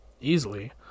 easily